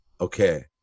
okay